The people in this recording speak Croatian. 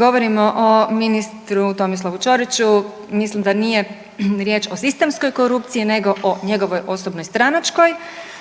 govorimo o ministru Tomislavu Ćoriću mislim da nije riječ o sistemskoj korupciji nego o njegovoj osobnoj stranačkoj,